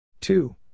two